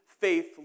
faith